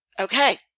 Okay